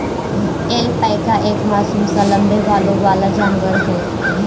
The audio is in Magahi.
ऐल्पैका एक मासूम सा लम्बे बालों वाला जानवर है